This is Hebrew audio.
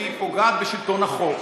היא פוגעת בשלטון החוק,